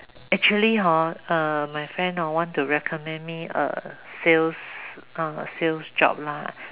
actually hor uh my friend hor want to recommend me a sales uh sales job lah